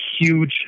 huge